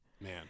Man